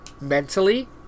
mentally